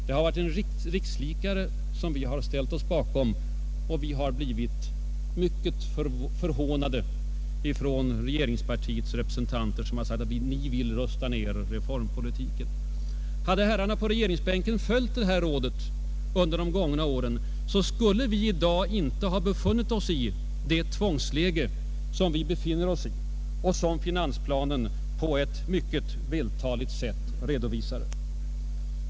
Det har varit en rikslikare som vi har ställt oss bakom, Vi har blivit förhånade av regeringspartiets representanter, som påstått att vi därmed velat ”rusta ned reformpolitiken”. Hade herrarna på regeringsbänken följt vårt råd under de gångna åren, skulle man i dag inte ha befunnit sig i det tvångsläge som man har hamnat i och som finansplanen på ett mycket vältaligt sätt redovisar.